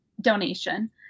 donation